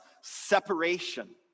separation